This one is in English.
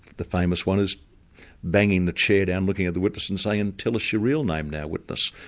the famous one is banging the chair down, looking at the witness and saying, tell us your real name now, witness.